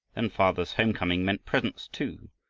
then father's home-coming meant presents too,